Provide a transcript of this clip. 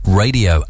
radio